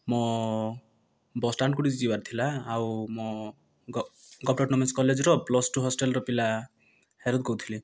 ମୁଁ ବସଷ୍ଟାଣ୍ଡକୁ ଟିକେ ଯିବାର ଥିଲା ଆଉ ମୁଁ କଲେଜର ପ୍ଲସ୍ ଟୁ ହଷ୍ଟେଲର ପିଲା ହେରତ୍ କହୁଥିଲି